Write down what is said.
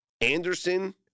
Anderson